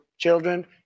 children